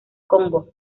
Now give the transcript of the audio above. congo